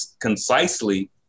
concisely